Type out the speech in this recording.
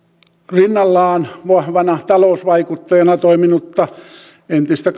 rinnallaan vahvana talousvaikuttajana toiminutta entistä